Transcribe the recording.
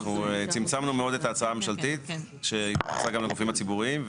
אנחנו צמצמנו מאוד את ההצעה הממשלתית שהיא נכנסה גם לגופים הציבוריים.